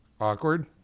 Awkward